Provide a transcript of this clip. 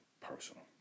personal